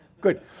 Good